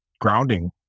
grounding